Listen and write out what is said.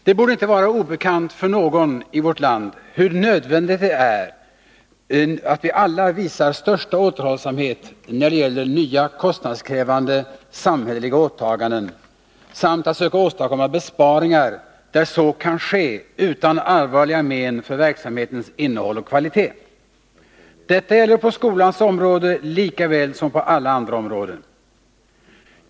Det borde inte vara obekant för någon i vårt land hur nödvändigt det är att vi alla visar största återhållsamhet när det gäller nya kostnadskrävande samhälleliga åtaganden samt att söka åstadkomma besparingar, där så kan ske utan allvarliga men för verksamheternas innehåll och kvalitet. Det gäller på skolans område lika väl som på alla andra områden.